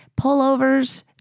pullovers